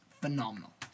phenomenal